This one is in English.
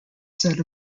set